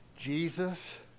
Jesus